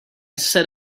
said